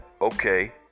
okay